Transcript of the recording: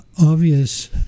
obvious